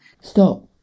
Stop